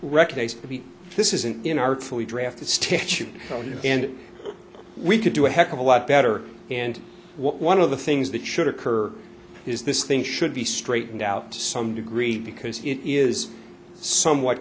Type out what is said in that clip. recognize this is an in artfully drafted statute and we could do a heck of a lot better and one of the things that should occur is this thing should be straightened out to some degree because it is somewhat